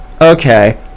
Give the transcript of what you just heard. Okay